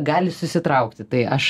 gali susitraukti tai aš